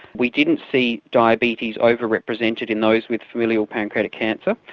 we didn't see diabetes overrepresented in those with familial pancreatic cancer.